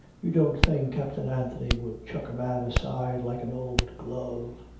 you don't think captain anthony would chuck a man aside like an old glove.